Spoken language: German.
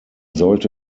sollte